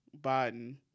Biden